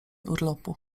urlopu